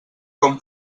com